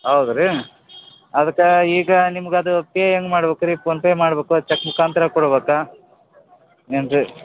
ಹೌದಾ ರೀ ಅದಕ್ಕ ಈಗ ನಿಮಗದು ಪೇ ಹೆಂಗೆ ಮಾಡ್ಬೇಕು ರೀ ಫೋನ್ ಪೇ ಮಾಡ್ಬೇಕಾ ಚಕ್ ಮುಖಾಂತರ ಕೊಡ್ಬೇಕಾ ಏನು ರೀ